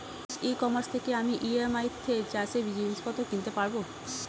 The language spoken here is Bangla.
ই কমার্স থেকে আমি ই.এম.আই তে চাষে জিনিসপত্র কিনতে পারব?